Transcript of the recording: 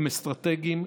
הם אסטרטגיים,